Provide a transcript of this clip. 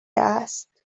asked